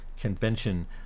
convention